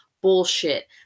Bullshit